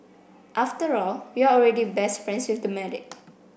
after all you're already best friends with the medic